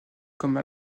comme